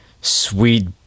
sweet